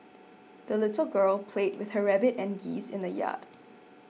the little girl played with her rabbit and geese in the yard